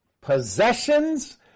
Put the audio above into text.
possessions